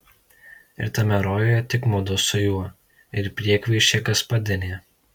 ir tame rojuje tik mudu su juo ir priekvaišė gaspadinė